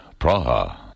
Praha